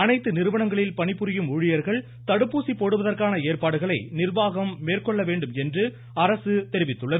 அனைத்து நிறுவனங்களில் பணிபுரியும் ஊழியர்கள் தடுப்பூசி போடுவதற்கான ஏற்பாடுகளை நிர்வாகம் மேற்கொள்ள வேண்டும் என்று அரசு தெரிவித்துள்ளது